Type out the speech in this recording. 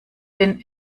den